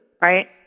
Right